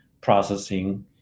processing